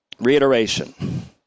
Reiteration